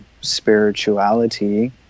spirituality